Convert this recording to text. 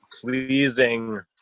pleasing